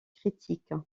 critique